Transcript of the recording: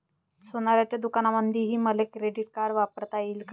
सोनाराच्या दुकानामंधीही मले क्रेडिट कार्ड वापरता येते का?